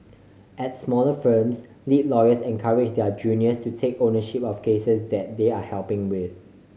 at smaller firms lead lawyers encourage their juniors to take ownership of cases that they are helping with